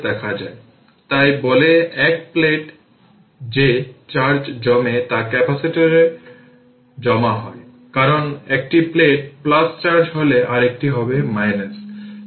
যখন এটি ক্লোজ করা হয়েছিল তখন এটি ছিল t 0 এর আগে এটি ক্লোজ ছিল তাই এই কারেন্ট i প্রবাহিত হচ্ছে